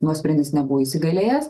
nuosprendis nebuvo įsigalėjęs